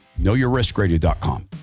knowyourriskradio.com